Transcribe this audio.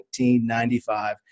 1995